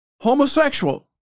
homosexual